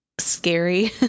scary